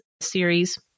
series